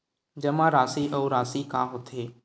जमा राशि अउ राशि का होथे?